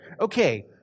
okay